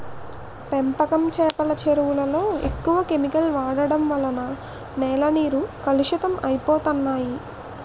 పెంపకం చేపల చెరువులలో ఎక్కువ కెమికల్ వాడడం వలన నేల నీరు కలుషితం అయిపోతన్నాయి